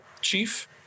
chief